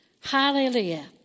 Hallelujah